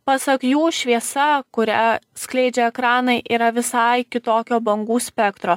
pasak jų šviesa kurią skleidžia ekranai yra visai kitokio bangų spektro